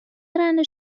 رنده